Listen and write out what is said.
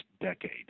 decade